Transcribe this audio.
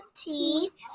teeth